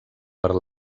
per